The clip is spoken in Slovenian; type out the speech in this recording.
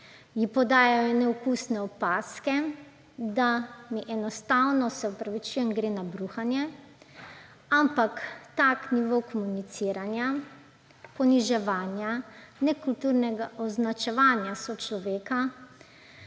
ji podajajo neokusne opazke, da mi enostavno, se opravičujem, gre na bruhanje. Ob takem nivoju komuniciranja, poniževanja, nekulturnega označevanja sočloveka